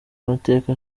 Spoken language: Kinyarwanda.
amateka